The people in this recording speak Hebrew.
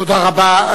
תודה רבה.